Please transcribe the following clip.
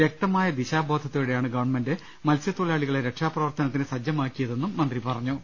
വ്യക്ത മായ ദിശാബോധത്തോടെയാണ് ഗവൺമെന്റ് മത്സ്യ ത്തൊഴിലാളികളെ രക്ഷാപ്രവർത്തനത്തിന് സജ്ജമാക്കി യതെന്നും മന്ത്രി പറഞ്ഞു